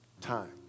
Time